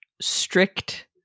strict